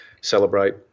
celebrate